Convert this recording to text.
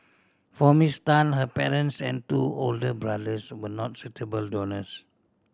for Miss Tan her parents and two older brothers were not suitable donors